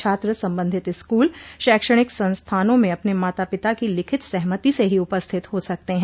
छात्र सम्बन्धित स्कूल शैक्षणिक संस्थानों में अपने माता पिता की लिखित सहमति से ही उपस्थित हो सकते है